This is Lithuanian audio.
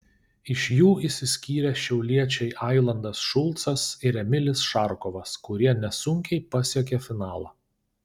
iš jų išsiskyrė šiauliečiai ailandas šulcas ir emilis šarkovas kurie nesunkiai pasiekė finalą